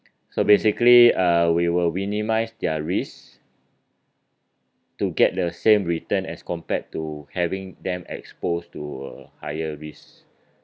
so basically uh we will minimise their risk to get the same return as compared to having them exposed to higher risk